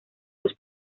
los